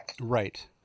Right